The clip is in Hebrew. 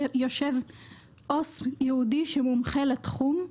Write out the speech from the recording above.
יושב עו"ס יעודי שמומחה לתחום.